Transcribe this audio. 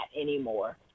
anymore